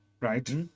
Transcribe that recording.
right